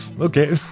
Okay